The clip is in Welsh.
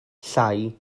llai